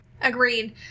Agreed